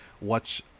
watch